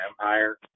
Empire